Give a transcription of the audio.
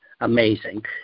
amazing